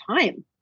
time